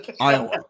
Iowa